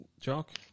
Jock